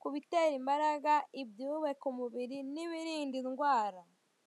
ku bitera imbaraga, ibyubaka umubiri n'ibirinda indwara.